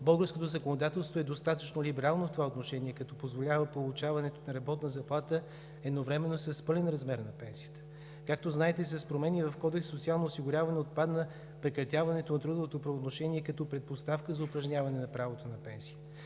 Българското законодателство е достатъчно либерално в това отношение, като позволява получаването на работна заплата едновременно с пълен размер на пенсията. Както знаете, с промени в Кодекса за социално осигуряване отпадна прекратяването от трудовото правоотношение като предпоставка за упражняване на правото на пенсия.